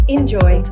Enjoy